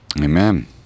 Amen